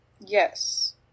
Yes